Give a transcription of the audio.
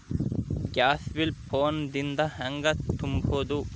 Gas bill phone ದಿಂದ ಹ್ಯಾಂಗ ತುಂಬುವುದು?